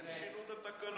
הם גם שינו את התקנון.